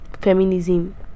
feminism